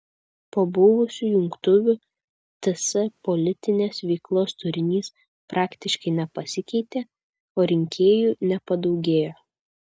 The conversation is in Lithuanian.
po buvusių jungtuvių ts politinės veiklos turinys praktiškai nepasikeitė o rinkėjų nepadaugėjo